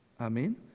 Amen